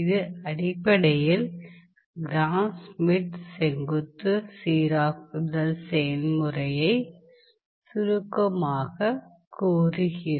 இது அடிப்படையில் Gram Schmidt செங்குத்து சீராக்குதல் செயல்முறையை சுருக்கமாகக் கூறுகிறது